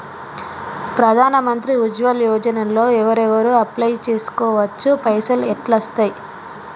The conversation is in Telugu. ప్రధాన మంత్రి ఉజ్వల్ యోజన లో ఎవరెవరు అప్లయ్ చేస్కోవచ్చు? పైసల్ ఎట్లస్తయి?